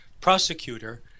prosecutor